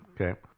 Okay